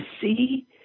see